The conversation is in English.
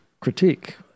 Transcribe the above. critique